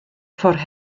ffordd